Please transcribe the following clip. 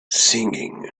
singing